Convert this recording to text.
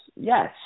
Yes